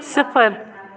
صِفر